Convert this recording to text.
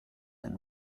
and